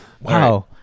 wow